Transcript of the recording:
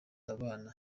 abana